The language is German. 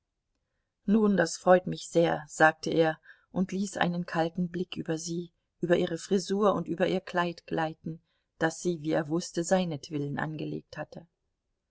nun das freut mich sehr sagte er und ließ einen kalten blick über sie über ihre frisur und über ihr kleid gleiten das sie wie er wußte seinetwillen angelegt hatte